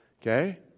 Okay